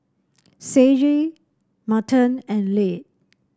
Sage Merton and Layne